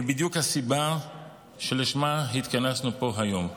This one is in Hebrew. ההגדרה המדויקת הזאת היא בדיוק הסיבה שלשמה התכנסנו פה היום.